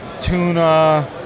Tuna